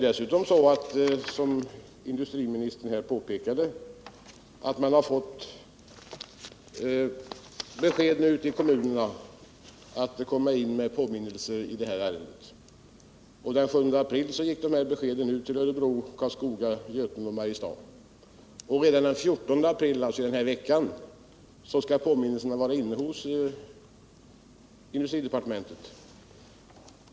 Dessutom har man, som energiministern här påpekade, fått besked ute i kommunerna att man skall komma in med påminnelser i detta ärende. Den 7 april gick dessa besked ut till Örebro, Karlskoga, Götene och Mariestad. Den 14 april, alltså redan denna vecka, skall påminnelserna vara inne hos industridepartementet.